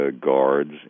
guards